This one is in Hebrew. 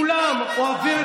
אם כולנו אחד?